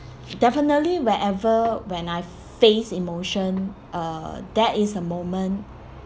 definitely whenever when I face emotion uh that is a moment